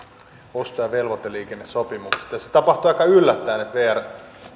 osto ja velvoiteliikennesopimuksesta ja se tapahtui aika yllättäen että vr